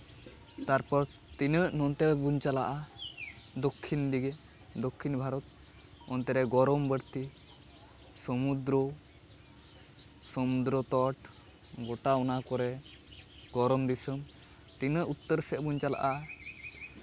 ᱛᱟᱨᱯᱚᱨ ᱛᱤᱱᱟᱹᱜ ᱱᱚᱱᱛᱮ ᱵᱚᱱ ᱪᱟᱞᱟᱜᱼᱟ ᱫᱚᱠᱠᱷᱤᱱ ᱫᱤᱠᱮ ᱫᱚᱠᱠᱷᱤᱱ ᱵᱷᱟᱨᱚᱛ ᱚᱱᱛᱮ ᱨᱮ ᱜᱚᱨᱚᱢ ᱵᱟᱹᱲᱛᱤ ᱥᱚᱢᱩᱫᱨᱩ ᱥᱚᱢᱩᱫᱨᱚ ᱛᱚᱴ ᱜᱳᱴᱟ ᱚᱱᱟ ᱠᱚᱨᱮ ᱜᱚᱨᱚᱢ ᱫᱤᱥᱳᱢ ᱛᱤᱱᱟᱹᱜ ᱩᱛᱛᱚᱨ ᱥᱮᱜ ᱵᱚᱱ ᱪᱟᱞᱟᱜᱼᱟ